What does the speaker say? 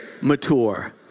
mature